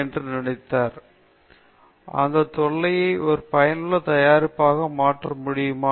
மற்றும் இந்த தொல்லையை ஒரு பயனுள்ள தயாரிப்பாக மாற்ற முடியுமா